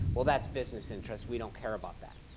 well, that's business interests. we don't care about that.